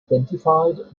identified